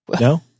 No